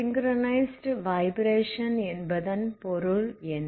synchronised vibrations என்பதன் பொருள் என்ன